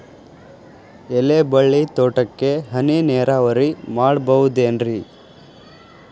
ಎಲೆಬಳ್ಳಿ ತೋಟಕ್ಕೆ ಹನಿ ನೇರಾವರಿ ಮಾಡಬಹುದೇನ್ ರಿ?